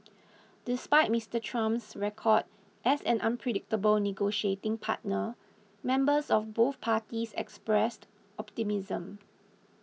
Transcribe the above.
despite Mister Trump's record as an unpredictable negotiating partner members of both parties expressed optimism